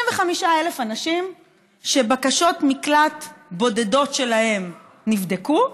35,000 אנשים שבקשות מקלט בודדות שלהם נבדקו,